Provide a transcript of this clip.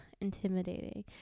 intimidating